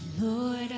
Lord